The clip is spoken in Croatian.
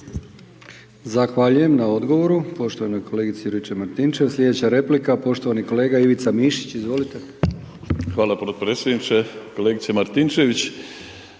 Zahvaljujem na odgovoru poštovanoj kolegici Juričev-Martinčev. Slijedeća replika, poštovani kolega Ivica Mišić, izvolite. **Mišić, Ivica